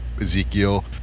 Ezekiel